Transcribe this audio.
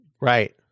right